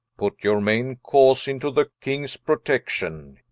put your maine cause into the kings protection,